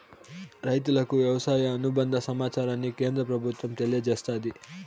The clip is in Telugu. రైతులకు వ్యవసాయ అనుబంద సమాచారాన్ని కేంద్ర ప్రభుత్వం తెలియచేస్తాది